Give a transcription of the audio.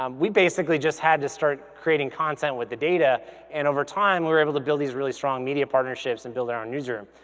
um we basically just had to start creating content with the data and over time, we were able to build these really strong media partnerships and build our own newsroom.